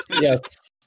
Yes